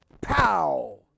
Pow